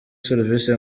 serivisi